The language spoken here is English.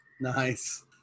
Nice